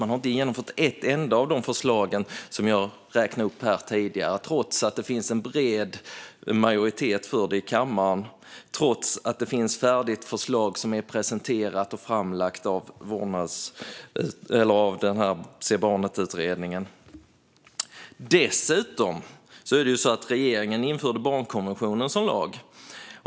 Man har inte genomfört ett enda av de förslag som jag räknade upp här tidigare, trots att det finns en bred majoritet för det i kammaren och trots att det finns ett färdigt förslag som är presenterat och framlagt av 2014 års vårdnadsutredning. Dessutom har regeringen infört barnkonventionen som lag.